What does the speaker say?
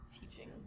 teaching